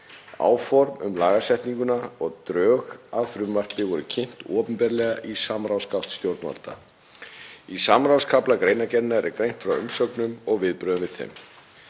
Áform um lagasetninguna og drög að frumvarpi voru kynnt til umsagna í samráðsgátt stjórnvalda og í samráðskafla greinargerðar er greint frá umsögnum og viðbrögðum við þeim.